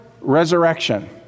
resurrection